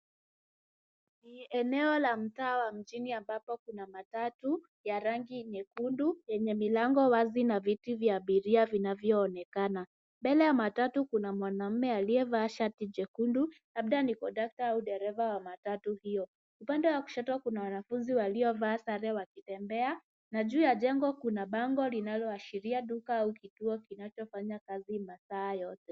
Ni eneo la mtaa wa mjini ambapo kuna matatu ya rangi nyekundu yenye milango wazi na viti vya abiria vinavyoonekana. Mbele ya matatu kuna mwanaume aliyeaa shati jekudu labda ni kondakta au dereva wa matatu hiyo. Upande wa kushoto kuna wanafunzi waliovaa sare wakitembea na juu ya jengo kuna bango linaloashiria duka au kituo kinachofanya kazi Mathayo.